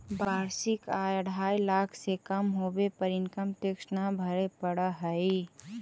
वार्षिक आय अढ़ाई लाख रुपए से कम होवे पर इनकम टैक्स न भरे पड़ऽ हई